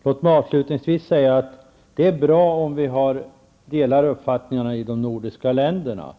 detta. Låt mig avslutningsvis säga att det är bra om de nordiska länderna har samma uppfattningar.